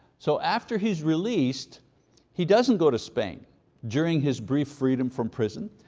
so after he's released he doesn't go to spain during his brief freedom from prison,